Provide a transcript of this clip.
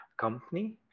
company